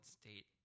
state